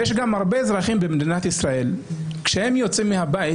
ויש גם הרבה אזרחים במדינת ישראל שכאשר הם יוצאים מהבית,